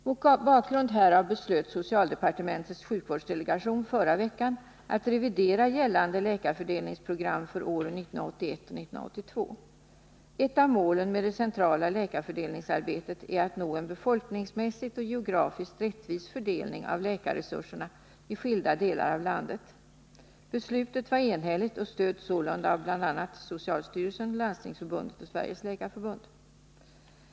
Mot bakgrund härav beslöt socialdepartementets sjukvårdsdelegation förra veckan att revidera gällande läkarfördelningsprogram för åren 1981 och 1982. Ett av målen för det centrala läkarfördelningsarbetet är att nå en befolkningsmässigt och geografiskt rättvis fördelning av läkarresurserna i skilda delar av landet. Beslutet var enhälligt och stöds sålunda av bl.a. socialstyrelsen, Landstingsförbundet och Sveriges läkarförbund.